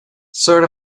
sort